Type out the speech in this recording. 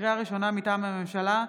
לקריאה ראשונה, מטעם הממשלה: